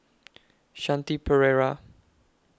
Shanti Pereira